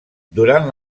durant